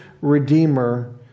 redeemer